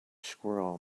squirrel